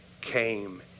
came